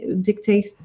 dictate